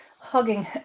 hugging